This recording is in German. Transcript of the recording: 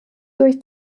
durch